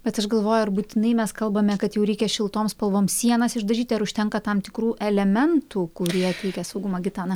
bet aš galvoju ar būtinai mes kalbame kad jau reikia šiltom spalvom sienas išdažyti ar užtenka tam tikrų elementų kurie teikia saugumą gitana